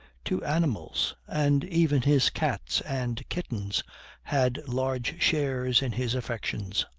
to animals, and even his cats and kittens had large shares in his affections.